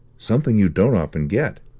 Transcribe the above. something you don't often get!